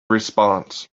response